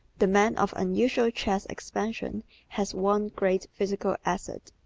the man of unusual chest-expansion has one great physical asset.